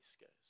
goes